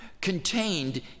contained